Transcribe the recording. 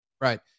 right